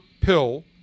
pill